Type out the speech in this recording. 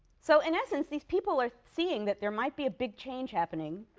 so in essence, these people are seeing that there might be a big change happening,